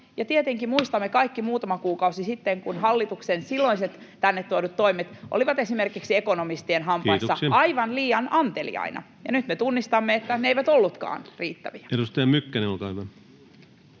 tietenkin muistamme kaikki, miten muutama kuukausi sitten hallituksen silloiset tänne tuodut toimet olivat esimerkiksi ekonomistien hampaissa aivan liian anteliaina, ja nyt me tunnistamme, että ne eivät olleetkaan riittäviä. [Speech 305] Speaker: